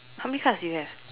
how many cards do you have